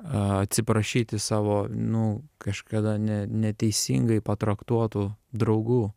atsiprašyti savo nu kažkada ne neteisingai traktuotų draugų